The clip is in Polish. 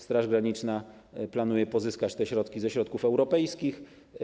Straż Graniczna planuje pozyskać te środki ze środków europejskich.